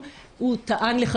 לתת להם,